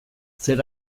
zer